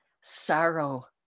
sorrow